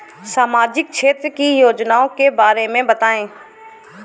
सामाजिक क्षेत्र की योजनाओं के बारे में बताएँ?